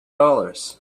dollars